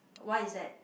why is that